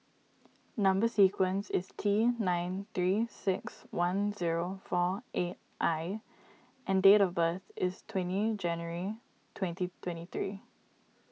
Number Sequence is T nine three six one zero four eight I and date of birth is twenty January twenty twenty three